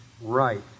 right